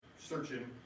searching